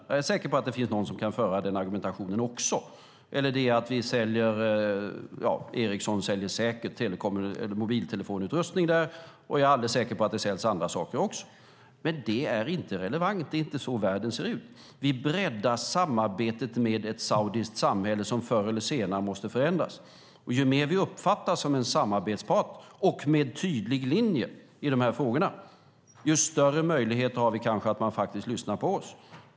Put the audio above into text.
Jag är säker på att det finns någon som kan föra fram den argumentationen också eller peka på detta att Ericsson säkert säljer mobiltelefonutrustning där och jag är säker på att det säljs även andra saker. Men det är inte relevant. Det är inte så världen ser ut. Vi breddar samarbetet med ett saudiskt samhälle som förr eller senare måste förändas. Och ju mer vi uppfattas som en samarbetspart som har en tydlig linje i de här frågorna, desto större möjligheter har vi kanske att man lyssnar på oss.